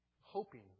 hoping